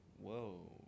Whoa